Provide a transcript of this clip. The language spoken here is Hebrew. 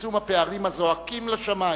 בצמצום הפערים, הזועקים לשמים,